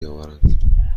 بیاورند